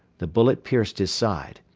the bullet pierced his side.